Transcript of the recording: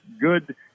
good